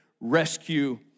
rescue